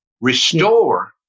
restore